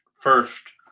first